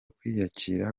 kwiyakira